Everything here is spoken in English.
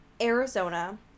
Arizona